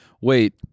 Wait